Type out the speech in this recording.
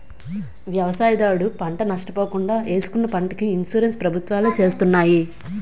వ్యవసాయదారుడు పంట నష్ట పోకుండా ఏసుకున్న పంటకి ఇన్సూరెన్స్ ప్రభుత్వాలే చేస్తున్నాయి